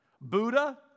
Buddha